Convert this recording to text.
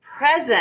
present